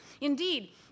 Indeed